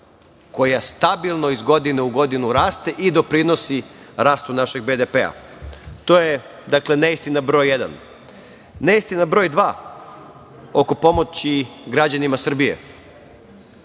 koja stabilno iz godine u godinu raste i doprinosi rastu našeg BDP-a. To je, dakle, neistina broj jedan. Neistina broj dva je oko pomoći građanima Srbije.